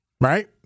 Right